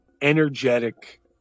energetic